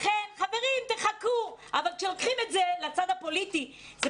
אבל כשלוקחים את זה לצד הפוליטי זה